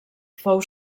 fou